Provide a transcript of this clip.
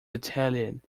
italian